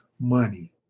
money